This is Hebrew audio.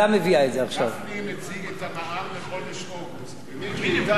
גפני מציג את המע"מ לחודש אוגוסט ומיקי איתן יציג את המע"מ